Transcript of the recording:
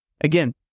Again